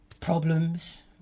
problems